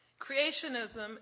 creationism